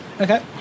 Okay